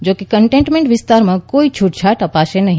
જોકે કંટેનમેન્ટ વિસ્તારોમાં કોઇ છૂટછાટ અપાશે નહી